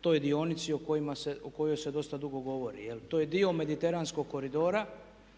toj dionici o kojoj se dosta dugo govori. To je dio mediteranskog koridora.